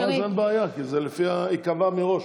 ואז אין בעיה, כי זה לפי מה שייקבע מראש.